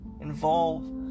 Involve